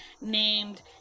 named